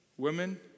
Women